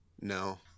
No